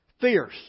fierce